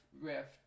Rift